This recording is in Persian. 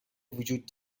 وجود